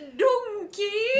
donkey